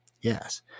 Yes